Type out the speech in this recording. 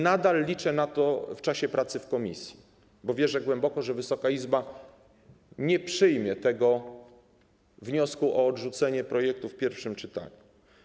Nadal liczę na to w czasie pracy w komisji, bo wierzę głęboko, że Wysoka Izba nie przyjmie wniosku o odrzucenie projektu w pierwszym czytaniu.